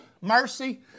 mercy